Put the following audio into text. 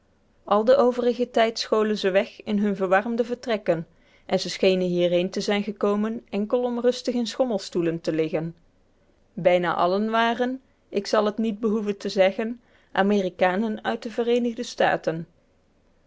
al den overigen tijd scholen ze weg in hunne verwarmde vertrekken en ze schenen hierheen te zijn gekomen enkel om rustig in schommelstoelen te liggen bijna allen waren ik zal het niet behoeven te zeggen amerikanen uit de vereenigde staten